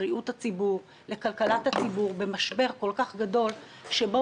הציבור, לכלכלת הציבור במשבר כל כך גדול שבו